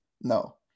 No